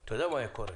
אתה יודע מה היה קורה